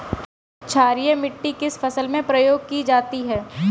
क्षारीय मिट्टी किस फसल में प्रयोग की जाती है?